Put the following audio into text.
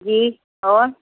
जी और